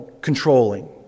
controlling